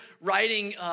writing